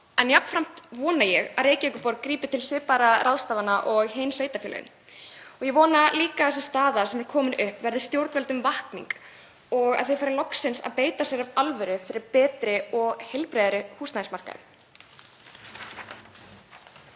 en jafnframt vona ég að Reykjavíkurborg grípi til svipaðra ráðstafana og hin sveitarfélögin. Ég vona líka að sú staða sem er komin upp verði stjórnvöldum vakning og þau fari loksins að beita sér af alvöru fyrir betri og heilbrigðari húsnæðismarkaði.